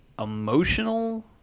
emotional